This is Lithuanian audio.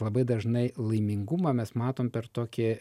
labai dažnai laimingumą mes matome per tokį